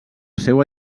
seua